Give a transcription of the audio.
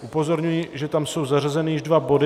Upozorňuji, že tam jsou zařazeny již dva body.